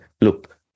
look